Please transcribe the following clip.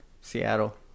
Seattle